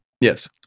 Yes